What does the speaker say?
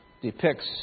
Depicts